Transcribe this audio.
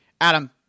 Adam